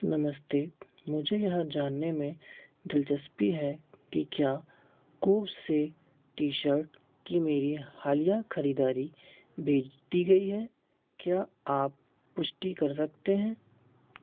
नमस्ते मुझे यह जानने में दिलचस्पी है कि क्या कूव्स से टी शर्ट की मेरी हालिया खरीदारी भेज दी गई है क्या आप पुष्टि कर सकते हैं